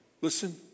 listen